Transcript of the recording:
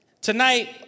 tonight